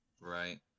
Right